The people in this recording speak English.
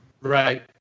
Right